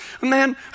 man